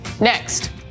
next